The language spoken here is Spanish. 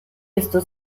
esto